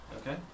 Okay